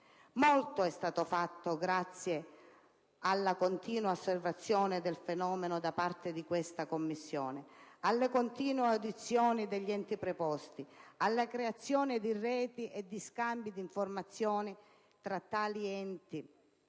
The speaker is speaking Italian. Molto è stato fatto grazie alla continua osservazione del fenomeno da parte di questa Commissione, alle continue audizioni degli enti preposti, alla creazione di reti e di scambi di informazione tra tali enti